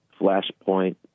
flashpoint